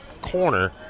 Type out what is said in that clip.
corner